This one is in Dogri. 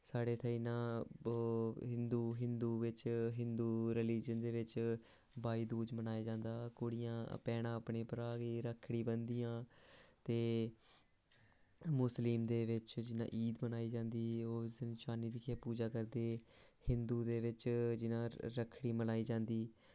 साढ़े इत्थें इयां हिंदु बिच्च हिंदु रिलीजन दे बिच्च भाई दूज बनाया जंदा कुडि़यां भैनां अपने भ्राएं गी रक्खड़ी बनदियां ते मुस्लिम दे बिच्च जियां ईद मनाई जंदी ऐ उस दिन चन्न गी दिक्खियै पूजा करदे हिंदु दे बिच्च जियां रक्खड़ी मनाई जंदी